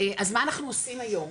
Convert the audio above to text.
אז מה אנחנו עושים היום?